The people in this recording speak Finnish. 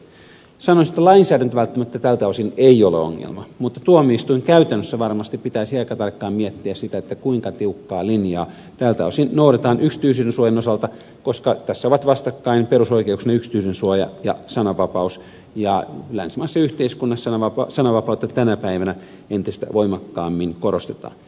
sanoisin että lainsäädäntö välttämättä tältä osin ei ole ongelma mutta tuomioistuinkäytännössä pitäisi varmasti aika tarkkaan miettiä sitä kuinka tiukkaa linjaa tältä osin noudatetaan yksityisyydensuojan osalta koska tässä ovat vastakkain perusoikeuksina yksityisyydensuoja ja sananvapaus ja länsimaisessa yhteiskunnassa sananvapautta tänä päivänä entistä voimakkaammin korostetaan